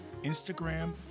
Instagram